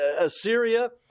Assyria